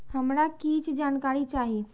हमरा कीछ जानकारी चाही